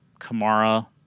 kamara